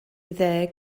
ddeg